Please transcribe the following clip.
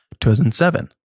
2007